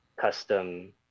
custom